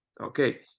okay